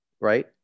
right